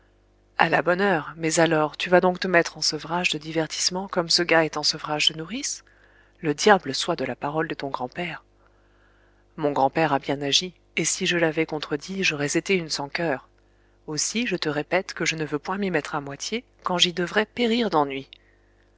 à la bonne heure mais alors tu vas donc te mettre en sevrage de divertissements comme ce gars est en sevrage de nourrice le diable soit de la parole de ton grand-père mon grand-père a bien agi et si je l'avais contredit j'aurais été une sans coeur aussi je te répète que je ne veux point m'y mettre à moitié quand j'y devrais périr d'ennui